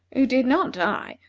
who did not die,